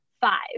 five